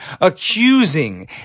accusing